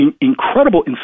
incredible